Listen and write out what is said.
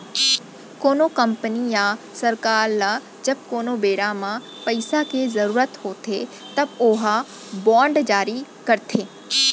कोनो कंपनी या सरकार ल जब कोनो बेरा म पइसा के जरुरत होथे तब ओहा बांड जारी करथे